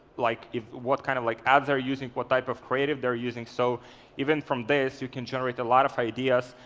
like what kind of like ads are using, what type of creative they're using. so even from this you can generate a lot of ideas,